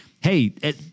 hey